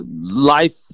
life